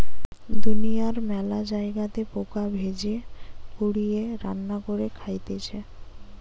দুনিয়ার মেলা জায়গাতে পোকা ভেজে, পুড়িয়ে, রান্না করে খাইতেছে